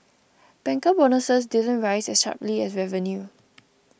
banker bonuses didn't rise as sharply as revenue